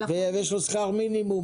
ויש לו שכר מינימום,